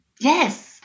Yes